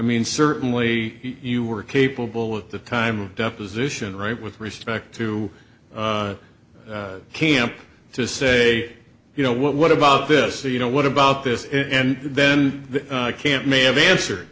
mean certainly you were capable at the time of deposition right with respect to the camp to say you know what about this you know what about this and then i can't may have answer